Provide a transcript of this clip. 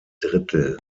drittel